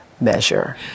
measure